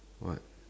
what